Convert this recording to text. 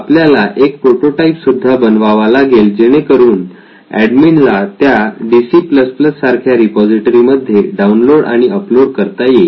आपल्याला एक प्रोटोटाइप सुद्धा बनवावा लागेल जेणेकरून एडमिन ला त्या D C plus plus DC सारख्या रिपॉझिटरी मध्ये डाउनलोड आणि अपलोड करता येईल